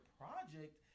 project